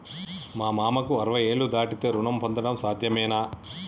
మా మామకు అరవై ఏళ్లు దాటితే రుణం పొందడం సాధ్యమేనా?